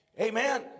Amen